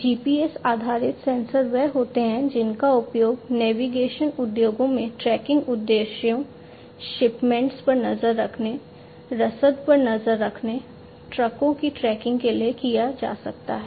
GPS आधारित sensor वे होते हैं जिनका उपयोग नेविगेशन उद्योग में ट्रैकिंग उद्देश्यों शिपमेंट्स पर नज़र रखने रसद पर नज़र रखने ट्रकों की ट्रैकिंग के लिए किया जा सकता है